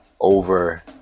over